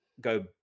go